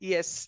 Yes